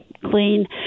clean